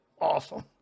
awesome